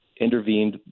intervened